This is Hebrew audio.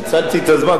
ניצלתי את הזמן,